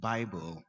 Bible